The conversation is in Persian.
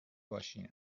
باشین